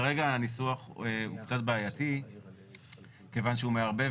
כרגע הניסוח הוא קצת בעייתי כיוון שהוא מערבב